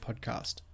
podcast